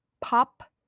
pop